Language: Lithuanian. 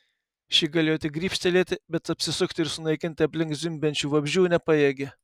ši galėjo tik grybštelėti bet apsisukti ir sunaikinti aplink zvimbiančių vabzdžių nepajėgė